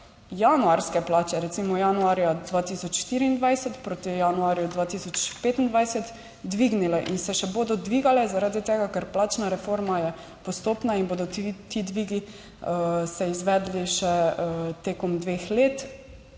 januarske plače recimo januarja 2024 proti januarju 2025 dvignile in se še bodo dvigale, zaradi tega, ker plačna reforma je postopna in bodo ti dvigi se izvedli še tekom dveh let.